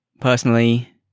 personally